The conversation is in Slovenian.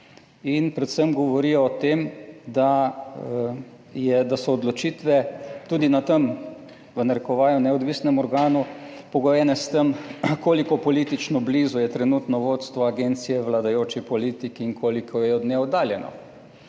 in predvsem govori o tem, da so odločitve tudi na tem, v narekovajih, »neodvisnem« organu pogojene s tem, koliko politično blizu je trenutno vodstvo agencije vladajoči politiki in koliko je od nje oddaljeno.